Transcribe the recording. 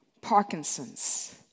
Parkinson's